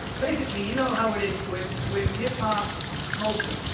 basically, you know how it is with with hip-hop culture.